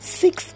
six